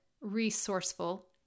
resourceful